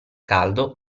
caldo